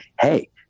hey